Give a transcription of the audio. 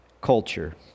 culture